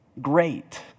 great